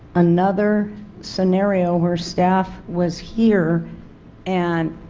another scenario where staff was here and